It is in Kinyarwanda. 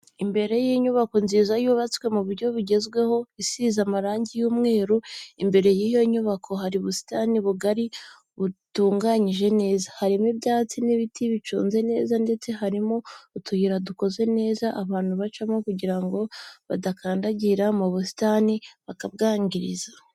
Imbere y'inyubako nziza yubatswe mu buryo bugezweho isize amarangi y'umweru, imbere y'iyo nyubako hari ubusitani bugari butunganyijwe neza, harimo ibyatsi n'ibiti biconze neza ndetse harimo utuyira dukoze neza abantu bacamo kugira ngo badakandagira mu busitani bakabwangiza.